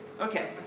Okay